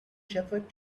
shepherd